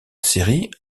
série